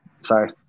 sorry